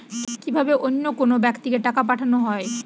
কি ভাবে অন্য কোনো ব্যাক্তিকে টাকা পাঠানো হয়?